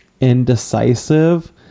indecisive